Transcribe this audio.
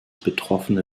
betroffene